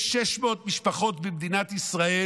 יש 600 משפחות במדינת ישראל